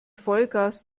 vollgas